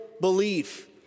belief